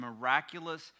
miraculous